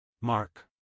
Mark